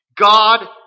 God